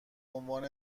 عنوان